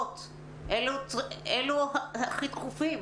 אלו הכי דחופים?